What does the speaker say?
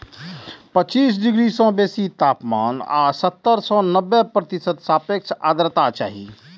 पच्चीस डिग्री सं बेसी तापमान आ सत्तर सं नब्बे प्रतिशत सापेक्ष आर्द्रता चाही